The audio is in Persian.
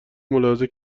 ملاحظه